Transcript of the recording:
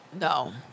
No